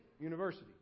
university